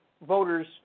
voters